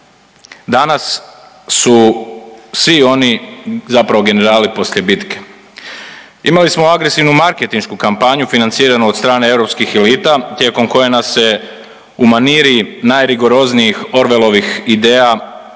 danas su svi oni zapravo generali poslije bitke. Imali smo agresivnu marketinšku kampanju financiranu od strane europskih elita tijekom koje nas se u maniri najrigoroznijih Orwellovih ideja